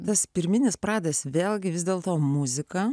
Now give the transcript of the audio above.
tas pirminis pradas vėlgi vis dėl to muzika